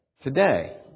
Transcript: Today